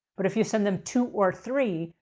but if you send them two or three,